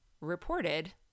reported